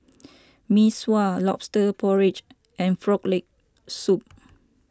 Mee Sua Lobster Porridge and Frog Leg Soup